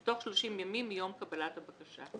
בתוך 30 ימים מיום קבלת הבקשה."